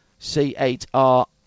C8R